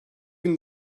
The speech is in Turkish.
bin